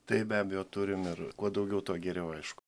taip be abejo turim ir kuo daugiau tuo geriau aišku